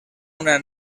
una